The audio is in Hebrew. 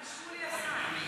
מה שמולי עשה?